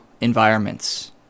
environments